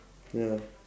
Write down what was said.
ya